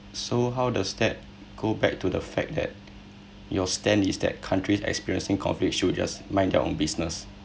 so how does that go back to the fact that your stand is that countries experiencing conflicts should just mind their own business